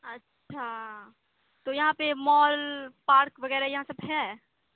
اچھا تو یہاں پہ مال پارک وغیرہ یہاں سب ہے